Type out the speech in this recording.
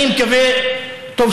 אני מקווה אגב,